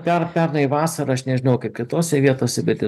pernai vasarą aš nežinau kaip kitose vietose bet